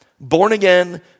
born-again